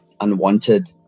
unwanted